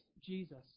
Jesus